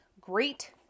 Great